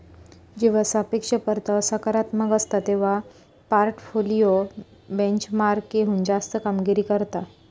जेव्हा सापेक्ष परतावा सकारात्मक असता, तेव्हा पोर्टफोलिओ बेंचमार्कहुन जास्त कामगिरी करता